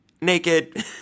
naked